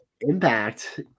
impact